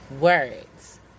words